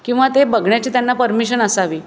किंवा ते बघण्याची त्यांना परमिशन असावी